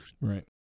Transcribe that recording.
Right